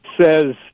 says